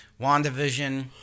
WandaVision